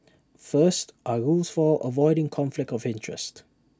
first our rules for avoiding conflict of interest